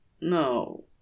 No